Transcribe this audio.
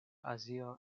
azio